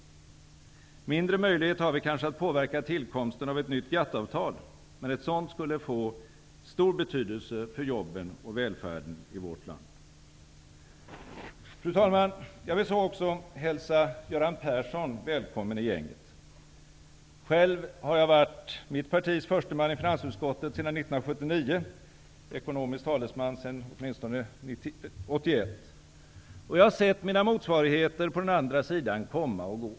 Mindre möjlighet har vi kanske att påverka tillkomsten av ett nytt GATT-avtal, men ett sådant skulle få stor betydelse för jobben och välfärden i vårt land. Fru talman! Jag vill också hälsa Göran Persson välkommen i gänget. Själv har jag varit mitt partis försteman i finansutskottet sedan 1979 och ekonomisk talesman åtminstone sedan 1981. Jag har sett mina motsvarigheter på den andra sidan komma och gå.